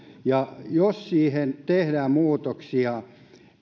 ja jos siihen tehdään muutoksia